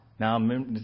Now